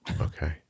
Okay